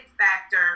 factor